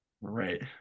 Right